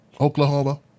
Oklahoma